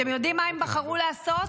אתם יודעים מה הם בחרו לעשות?